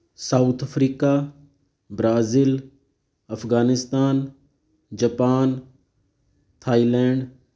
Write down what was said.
South Africa Brazil Afghanistan Japan Thailand